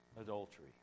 adultery